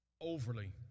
overly